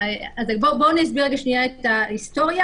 אני אסביר רגע את ההיסטוריה,